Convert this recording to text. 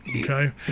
okay